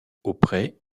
auprès